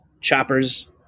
Choppers